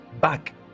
back